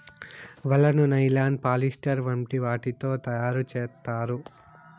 వలను nylon, polyester వంటి వాటితో తయారు చేత్తారు